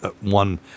one